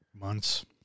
Months